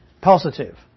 Positive